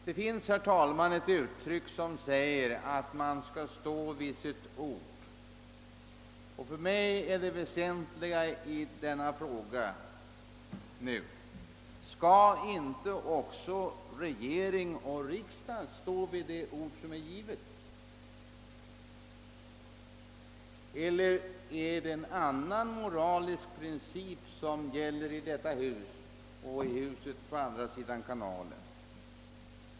Det finns, herr talman, ett uttryck, som säger, att man skall stå vid sitt ord, och för min del är det väsentliga i denna fråga nu: Skall inte också regering och riksdag stå vid det ord som är givet? Eller är det en annan moralisk princip som gäller i detta hus och i huset på andra sidan kanalen?